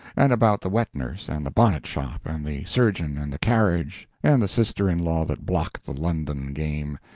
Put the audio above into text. and about the wet-nurse and the bonnetshop and the surgeon and the carriage, and the sister-in-law that blocked the london game,